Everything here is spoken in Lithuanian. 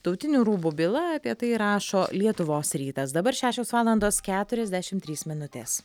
tautinių rūbų byla apie tai rašo lietuvos rytas dabar šešios valandos keturiasdešimt trys minutės